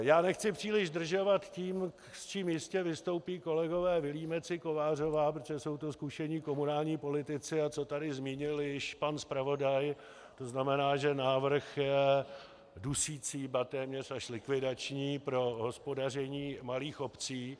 Já nechci příliš zdržovat tím, s čím jistě vystoupí kolegové Vilímec i Kovářová, protože jsou to zkušení komunální politici, a co tady zmínil již pan zpravodaj, znamená, že návrh dusicí, ba téměř až likvidační pro hospodaření malých obcí.